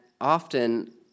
often